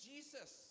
Jesus